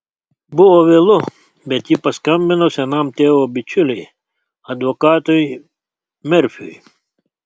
buvo vėlu bet ji paskambino senam tėvo bičiuliui advokatui merfiui